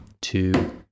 two